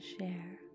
share